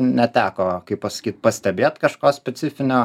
neteko kaip pasakyt pastebėt kažko specifinio